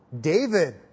David